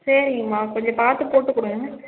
சரிங்கம்மா கொஞ்சம் பார்த்து போட்டு கொடுங்க